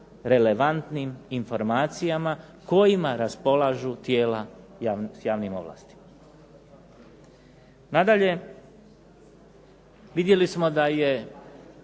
relevantnim informacijama kojima raspolažu tijela s javnim ovlastima. Nadalje, vidjeli smo da je